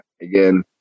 again